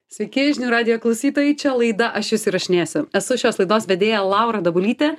sveiki žinių radijo klausytojai čia laida aš jus įrašinėsiu esu šios laidos vedėja laura dabulytė